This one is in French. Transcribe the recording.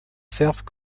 servent